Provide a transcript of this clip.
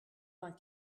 vingt